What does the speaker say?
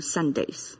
Sundays